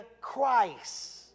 Christ